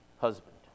husband